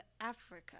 Africa